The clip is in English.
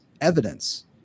evidence